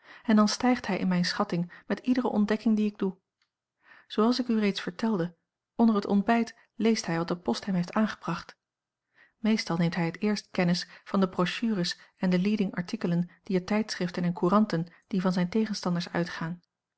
en dan stijgt hij in mijne schatting met iedere ontdekking die ik doe zooals ik u reeds vertelde onder het ontbijt leest hij wat de post hem heeft aangebracht meestal neemt hij het eerst kennis van de brochures en de leading artikelen dier tijdschriften en couranten die van zijne tegenstanders uitgaan